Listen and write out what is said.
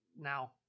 now